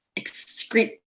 excrete